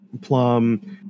Plum